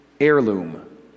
heirloom